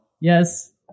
Yes